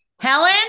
Helen